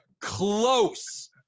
close